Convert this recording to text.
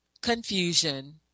confusion